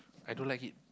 I don't like it